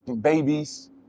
babies